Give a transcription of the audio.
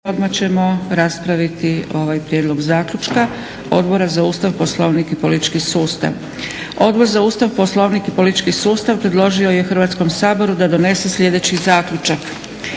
odmah ćemo raspraviti ovaj - Prijedlog zaključka Odbora za Ustav, Poslovnik i politički sustav. Odbor za Ustav, Poslovnik i politički sustav predložio je Hrvatskom saboru da donese sljedeći zaključak: